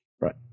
Right